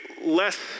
less